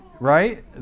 Right